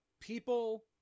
People